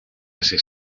hace